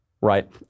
right